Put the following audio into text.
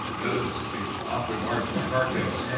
that is a awfully large guitar case.